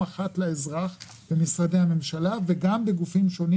לאזרח במשרדי הממשלה ובגופים השונים.